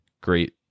great